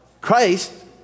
Christ